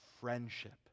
friendship